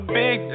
big